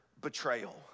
betrayal